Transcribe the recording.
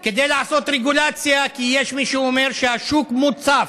כדי לעשות רגולציה, כי יש מי שאומר שהשוק מוצף.